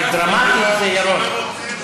אבל דרמטית, זה ירון.